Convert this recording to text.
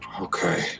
Okay